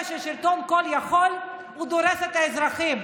שהשלטון כול-יכול הוא דורס את האזרחים.